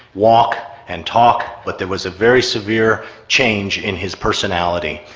walk and talk, but there was a very severe change in his personality.